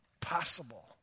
possible